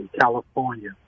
California